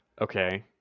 Okay